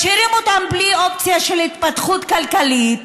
משאירים אותם בלי אופציה של התפתחות כלכלית,